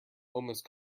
almost